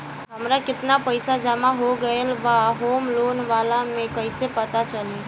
हमार केतना पईसा जमा हो गएल बा होम लोन वाला मे कइसे पता चली?